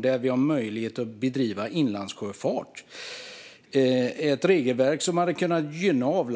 Det ger oss möjlighet att bedriva inlandssjöfart och är ett regelverk som naturligtvis hade kunnat gynna och